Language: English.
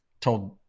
told